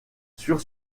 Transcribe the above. sur